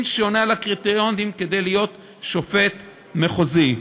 שעונה על הקריטריונים להיות שופט מחוזי.